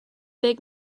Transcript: big